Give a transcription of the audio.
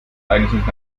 eigentlich